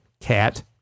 Cat